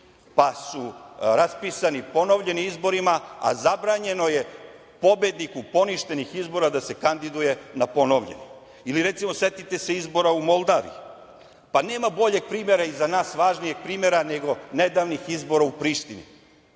pa su raspisani ponovljeni izbori, a zabranjeno je pobedniku poništenih izbora da se kandiduje na ponovljenim. Ili recimo, setite se izbora u Moldaviji. Pa nema boljeg primera i za nas važnijeg primera nego nedavnih izbora u Prištini.